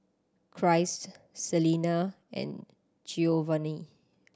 Christ Celena and Giovanny